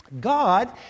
God